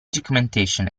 documentation